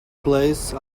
place